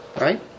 right